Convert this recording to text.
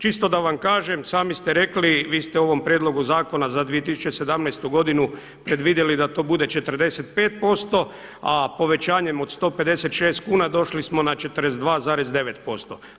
Čisto da vam kažem, sami ste rekli vi ste u ovom prijedlogu zakona za 2017. godinu predvidjeli da to bude 45%, a povećanjem od 156 kuna došli smo na 42,9%